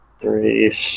three